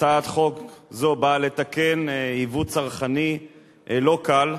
הצעת חוק זו באה לתקן עיוות צרכני לא קל.